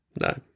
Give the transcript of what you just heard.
No